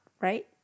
right